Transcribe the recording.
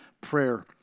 Prayer